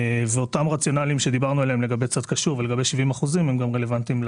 אותו רציונל שדיברנו עליו לגבי צד קשור ולגבי 75 אחוזים רלוונטי גם כאן.